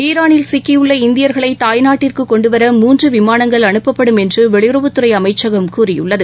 ஈரானில் சிக்கியுள்ள இந்தியர்களை தாய்நாட்டிற்கு கொண்டுவர மூன்று விமானங்கள் அனுப்பப்படும் என்று வெளியுறவுத்துறை அமைச்சகம் கூறியுள்ளது